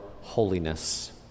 holiness